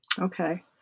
okay